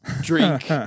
drink